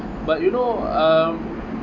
but you know um